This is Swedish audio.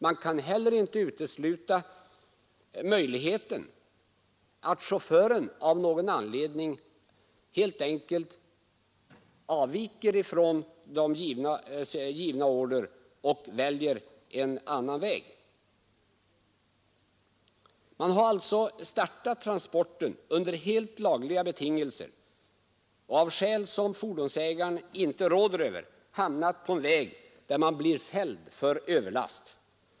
Man kan heller inte utesluta möjligheten att chauffören av någon anledning helt enkelt avviker ifrån givna order 89 och väljer en annan väg. Man har alltså startat transporten under helt lagliga betingelser och av skäl som fordonsägaren inte råder över hamnat på en väg där man blir fälld för överlast.